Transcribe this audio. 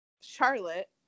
Charlotte